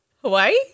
Hawaii